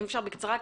בבקשה.